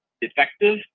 effective